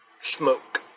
Smoke